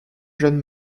jeune